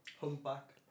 Humpback